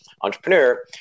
entrepreneur